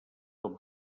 com